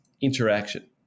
interaction